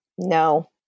No